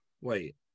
wait